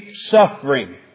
suffering